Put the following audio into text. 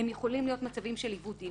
הם יכולים להיות מצבים של עיוות דין.